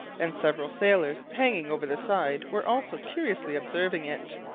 and several sailors, hanging over the side, were also curiously observing it.